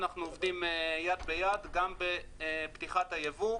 אנחנו עובדים יד ביד גם בפתיחת היבוא,